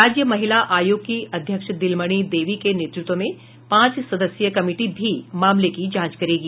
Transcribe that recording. राज्य महिला आयोग की अध्यक्ष दिलमणि देवी के नेतृत्व में पांच सदस्यीय कमिटी भी मामले की जांच करेगी